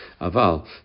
Aval